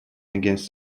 against